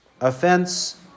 offense